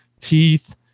teeth